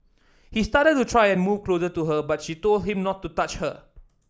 he started to try and move closer to her but she told him not to touch her